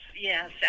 yes